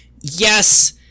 yes